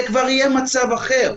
זה כבר יהיה מצב אחר.